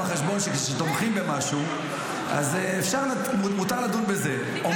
אני כמוך משפטן, ואומר